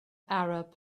arab